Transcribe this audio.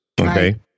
Okay